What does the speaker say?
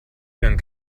ihren